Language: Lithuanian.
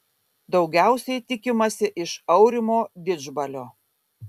daugiausiai tikimasi iš aurimo didžbalio